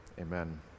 Amen